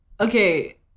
okay